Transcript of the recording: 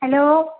hello